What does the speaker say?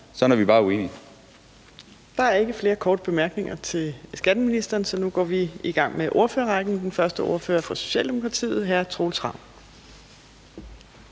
(Trine Torp): Der er ikke flere korte bemærkninger til skatteministeren, så nu går vi i gang med ordførerrækken. Den første ordfører er fra Socialdemokratiet, og det er hr.